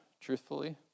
truthfully